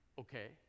okay